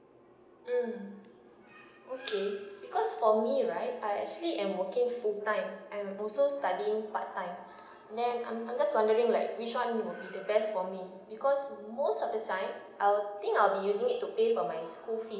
mm okay because for me right I actually am working full time I'm also studying part time and then I'm I'm just wondering like which one will be the best for me because most of the time I'll think I'll be using it to pay off my school fees